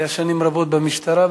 הוא היה שנים רבות במשטרה.